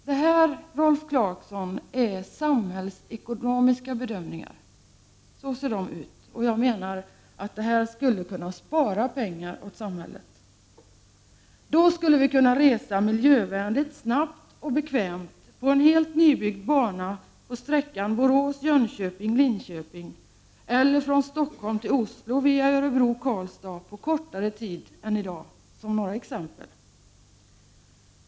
Det här är samhällsekonomiska bedömningar, Rolf Clarkson, och det skulle kunna spara pengar åt samhället. Vi skulle kunna resa miljövänligt, snabbt och bekvämt på en helt nybyggd bana sträckan Borås-Jönköping-Linköping eller från Stockholm till Oslo via Örebro-Karlstad på kortare tid än i dag.